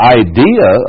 idea